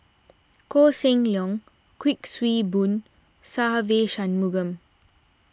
Koh Seng Leong Kuik Swee Boon and Se Ve Shanmugam